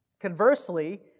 Conversely